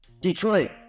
Detroit